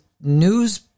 news